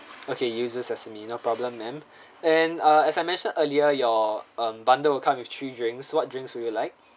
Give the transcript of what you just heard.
okay uses sesame no problem ma'am and uh as I mentioned earlier your um bundle will come with three drinks what drinks would you like